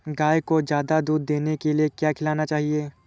गाय को ज्यादा दूध देने के लिए क्या खिलाना चाहिए?